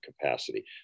capacity